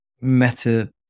Meta